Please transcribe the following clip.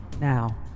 now